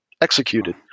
executed